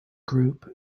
group